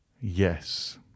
Yes